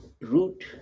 root